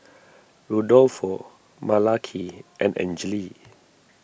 Rudolfo Malaki and Angele